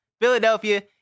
Philadelphia